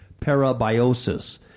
parabiosis